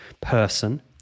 person